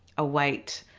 a white,